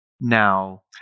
Now